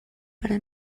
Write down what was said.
però